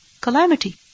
calamity